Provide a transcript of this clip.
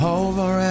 over